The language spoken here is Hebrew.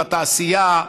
בתעשייה,